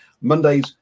Mondays